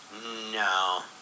No